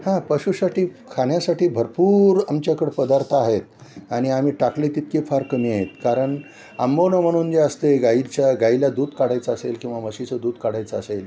हा पशुसाठी खाण्यासाठी भरपूर आमच्याकडं पदार्थ आहेत आणि आम्ही टाकले तितके फार कमी आहेत कारण आंबवणं म्हणून जे असते गाईच्या गाईला दूध काढायचं असेल किंवा म्हशीचं दूध काढायचं असेल